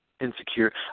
insecure